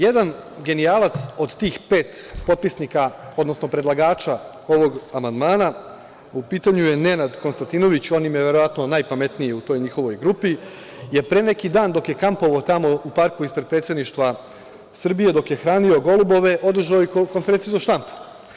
Jedan genijalac od tih pet potpisnika odnosno predlagača ovog amandmana, u pitanju je Nenad Konstantinović, on im je verovatno najpametniji u toj njihovoj grupi, je pre neki dan dok je kampovao tamo u parku ispred predsedništva Srbije, dok je hranio golubove, održao je i konferenciju za štampu.